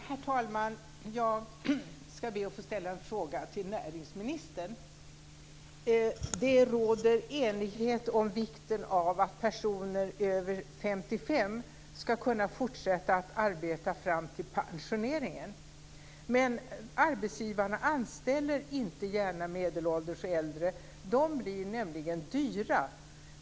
Herr talman! Jag ber att få ställa en fråga till näringsministern. Det råder enighet om vikten av att personer över 55 ska kunna fortsätta att arbeta fram till pensioneringen, men arbetsgivarna anställer inte gärna medelålders och äldre. De blir nämligen dyra.